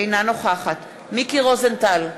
אינה נוכחת מיקי רוזנטל,